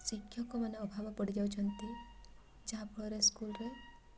ଶିକ୍ଷକମାନେ ଅଭାବ ପଡ଼ିଯାଉଛନ୍ତି ଯାହା ଫଳରେ ସ୍କୁଲ୍ରେ